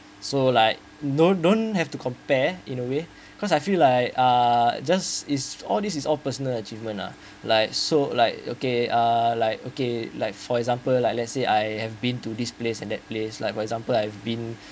so like don't don't have to compare in a way cause I feel like uh just is all this is all personal achievement lah like so like okay uh like okay like for example like let's say I have been to this place and that place like for example I've been